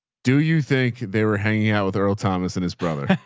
do you think they were hanging out with earl thomas and his brother?